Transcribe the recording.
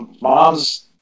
mom's